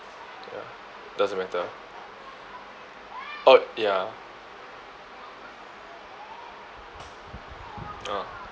ya doesn't matter uh ya